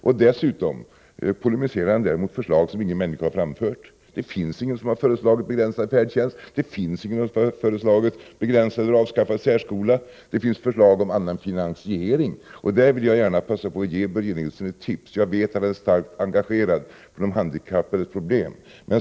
Dessutom polemiserar han mot förslag som ingen människa har framfört. Det finns ingen som har föreslagit begränsad färdtjänst, det finns ingen som har föreslagit begränsad eller avskaffad särskola. Det finns förslag om annan finansiering, och där vill jag gärna passa på att ge Börje Nilsson ett tips; jag vet att han är starkt engagerad för handikappades problem.